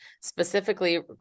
specifically